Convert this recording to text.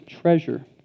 treasure